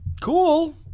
Cool